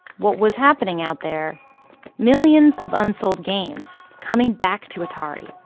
what was happening out there millions of unsold games, coming back to atari.